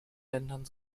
ländern